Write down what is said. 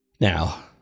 Now